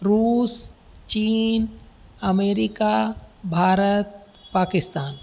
रूस चीन अमेरिका भारत पाकिस्तान